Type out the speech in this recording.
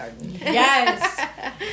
yes